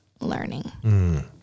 learning